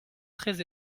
très